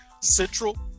Central